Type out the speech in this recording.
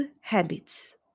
habits